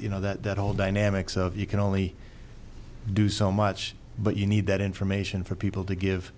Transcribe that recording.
you know that all dynamics of you can only do so much but you need that information for people to give